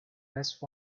best